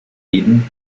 jeden